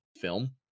film